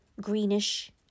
greenish